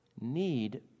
need